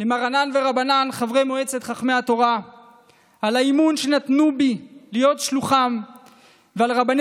למרנן ורבנן מועצת חכמי התורה על האמון שנתנו בי להיות שלוחם ולרבני